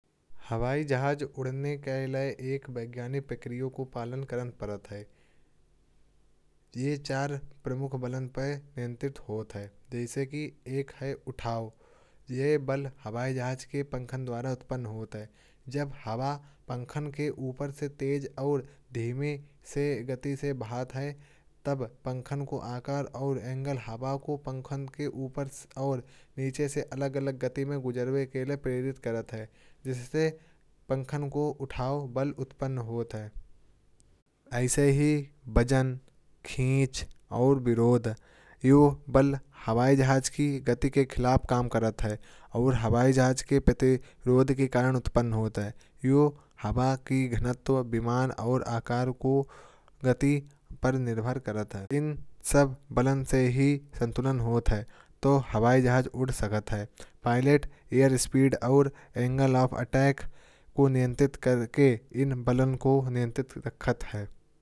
पानी में चलने वाले जहाज जिन्हें नौका या जहाज कहा जाता है। को संचालन कई सिद्धांतों द्वारा आधारित होता है। यह मुख्य वैज्ञानिक आधार उठाव के सिद्धांतों पर होता है। जो अर्किमेदी के सिद्धांतों द्वारा समझाया गया है। यह सिद्धांत कहता है कि जब कोई वस्तु पानी में डूबती है। तो उस पर एक बल काम करता है जो वस्तु का वजन बराबर होता है। और वह बल वस्तु को ऊपर और धक्का देता है। यह सिद्धांत पानी में चलने वाले जहाजों के लिए काम आता है। और इनके माध्यम से यह समझा जा सकता है कि जहाज पानी में क्यों तैरता है। इसमें तीन चार कारण होते हैं जैसे कि उठाव हिगो और घनत्व का सिद्धांत। पानी में जहाज को चलाना अगर अर्किमेदी के सिद्धांत पर आधारित है। तो यह उठाव बल और जहाज के आकार और घनत्व के सामंजस्य पर निर्भर करता है।